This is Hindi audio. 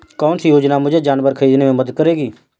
कौन सी योजना मुझे जानवर ख़रीदने में मदद करेगी?